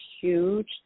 huge